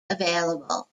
available